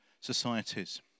societies